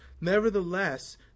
Nevertheless